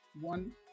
one